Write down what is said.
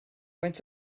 faint